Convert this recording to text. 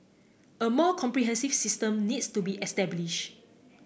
a more comprehensive system needs to be establish